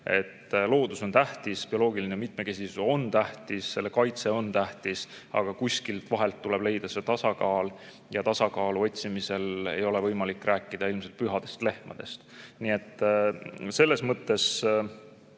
Loodus on tähtis, bioloogiline mitmekesisus on tähtis, selle kaitse on tähtis, aga kuskilt vahelt tuleb leida see tasakaal ja tasakaalu otsimisel ei ole võimalik rääkida ilmselt pühadest lehmadest. Nii et selles mõttes